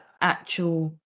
actual